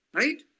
right